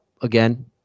again